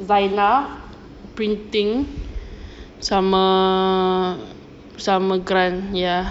zainab printing sama sama grant ya